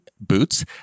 boots